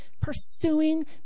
pursuing